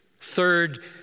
third